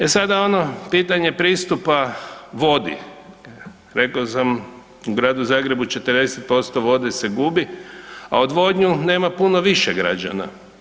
E sada ono pitanje pristupa vodi, rekao sam u Gradu Zagrebu 40% vode se gubi, a odvodnju nema puno više građana.